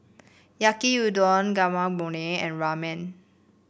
Yaki Udon Guacamole and Ramen